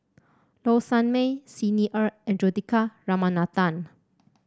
Low Sanmay Xi Ni Er and Juthika Ramanathan